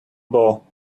bow